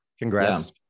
congrats